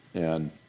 and